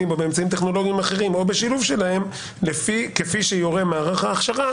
או באמצעים טכנולוגיים אחרים או בשילוב שלהם כפי שיורה מערך ההכשרה